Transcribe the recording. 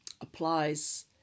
applies